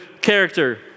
character